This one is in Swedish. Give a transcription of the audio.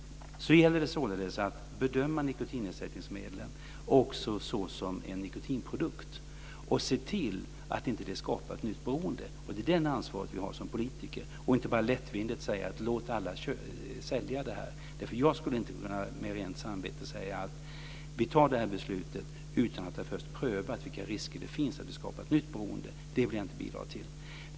Det gäller således att bedöma nikotinersättningsmedlen också som en nikotinprodukt och se till att de inte skapar ett nytt beroende. Det är det ansvaret vi har som politiker. Vi kan inte bara lättvindigt säga att alla ska få sälja detta. Jag kan inte med rent samvete säga att vi fattar beslutet utan att först ha prövat vilka risker det finns för att skapa ett nytt beroende. Det vill jag inte bidra till.